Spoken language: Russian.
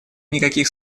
никаких